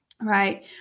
right